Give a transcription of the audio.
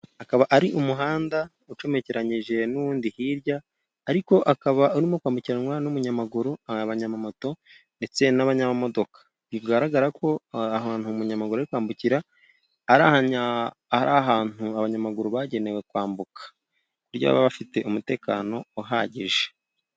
Akaba ari umuhanda ucomekeranyije n’undi hirya. Ariko akaba urimo kwambukiranwa n’umunyamaguru, abanyamamoto ndetse n’abanyamodoka. Bigaragara ko aho hantu umunyamaguru ari kwambukira ari ahantu abanyamaguru bagenewe kwambuka, ku buryo baba bafite umutekano uhagije.